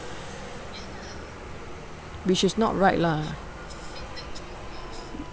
which is not right lah